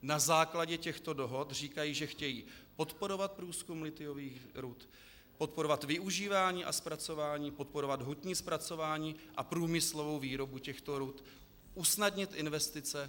Na základě těchto dohod říkají, že chtějí podporovat průzkum lithiových rud, podporovat využívání a zpracování, podporovat hutní zpracování a průmyslovou výrobu těchto rud, usnadnit investice atd. atd.